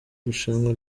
rushanwa